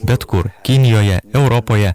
bet kur kinijoje europoje